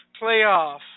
playoff